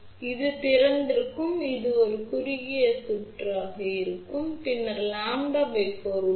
எனவே இது திறந்திருக்கும் இது ஒரு குறுகியதாக செயல்படும் பின்னர் மற்றொரு  4 உள்ளது